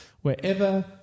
wherever